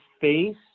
face